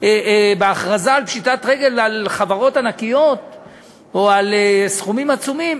בהכרזה על פשיטת רגל על חברות ענקיות או על סכומים עצומים,